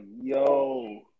yo